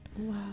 wow